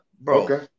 Bro